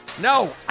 No